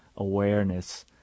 awareness